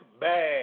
bad